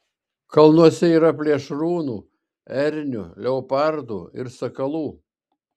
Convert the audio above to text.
kalnuose yra plėšrūnų ernių leopardų ir sakalų